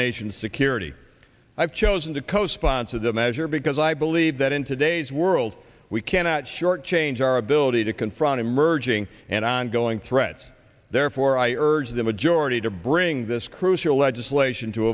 nation's security i've chosen to co sponsor the measure because i believe that in today's world we cannot shortchange our ability to confront emerging and ongoing threats therefore i urge the majority to bring this crucial legislation to